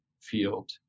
field